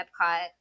Epcot